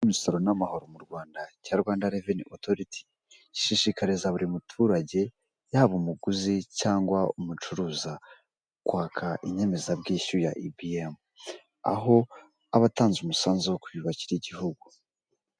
Imisoro n'amahoro mu Rwanda cya Rwanda reveni otoriti, ishishikariza buri muturage yaba umuguzi cyangwa umucuruza kwaka inyemezabwishyu ya ibiyemu, aho abatanze umusanzu wo kwiyubakira igihugu.